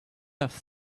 have